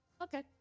Okay